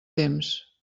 temps